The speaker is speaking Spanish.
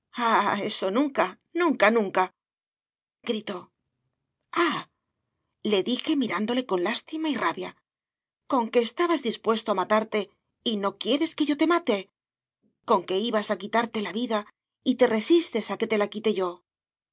eso nunca nunca nunca gritó ah le dije mirándole con lástima y rabia conque estabas dispuesto a matarte y no quieres que yo te mate conque ibas a quitarte la vida y te resistes a que te la quite yo